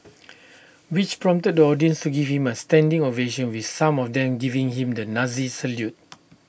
which prompted the audience to give him A standing ovation with some of them giving him the Nazi salute